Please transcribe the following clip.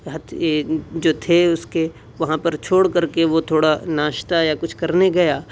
جو تھے اس کے وہاں پر چھوڑ کر کے وہ تھوڑا ناشتہ یا کچھ کرنے گیا